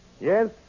Yes